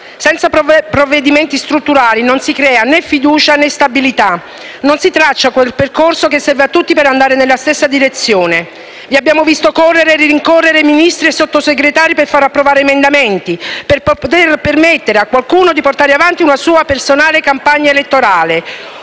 Senza provvedimenti strutturali non si creano né fiducia né stabilità, non si traccia quel percorso che serve a tutti per andare nella stessa direzione. Vi abbiamo visto correre e rincorre Ministri e Sottosegretari per far approvare emendamenti, per poter permettere a qualcuno di portare avanti una sua personale campagna elettorale,